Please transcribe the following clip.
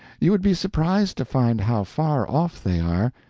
you would be surprised to find how far off they are,